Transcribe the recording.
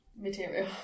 Material